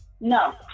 No